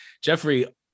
Jeffrey